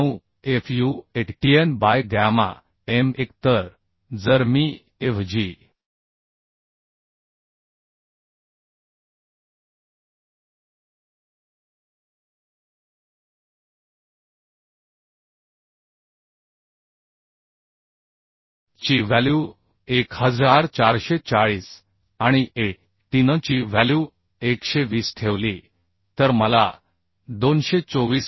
9 fuatn by gamma m 1 तर जर मी a v g ची व्हॅल्यू 1440 आणि a t n ची व्हॅल्यू 120 ठेवली तर मला 224